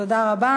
תודה רבה.